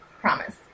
promise